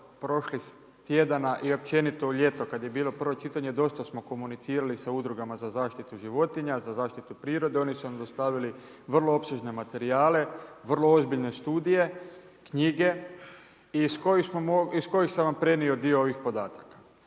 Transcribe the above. prošlih tjedana i općenito u ljetu, kad je bilo prvo čitanje, dosta smo komunicirali sa udrugama za zaštitu životinja, za zaštitu prirode, oni su nam dostavili vrlo opsežne materijale, vrlo ozbiljne studije, knjige iz kojih sam vam prenio dio ovih podataka.